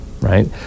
right